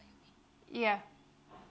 ya